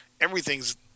everything's